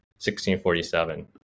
1647